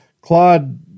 Claude